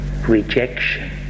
rejection